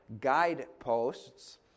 guideposts